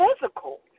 physical